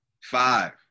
Five